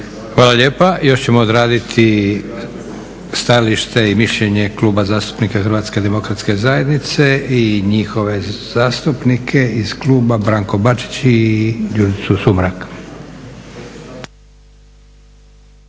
Hvala lijepa. Još ćemo odraditi stajalište i mišljenje Kluba zastupnika HDZ-a i njihove zastupnike iz kluba, Branka Bačića i Đurđicu Sumrak.